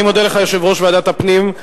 אני מודה לך, יושב-ראש ועדת הפנים.